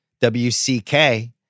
WCK